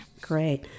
Great